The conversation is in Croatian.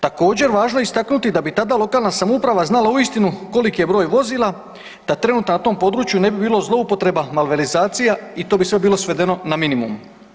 Također važno je istaknuti da bi tada lokalna samouprava znala uistinu koliki je broj vozila, da trenutno na tom području ne bi bilo zloupotreba, malverzacija i to bi sve bilo svedeno na minimum.